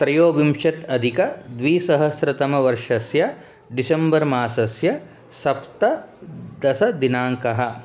त्रयोविंशति अधिकद्विसहस्रतमवर्षस्य डिसेम्बर्मासस्य सप्तदशदिनाङ्कः